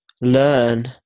learn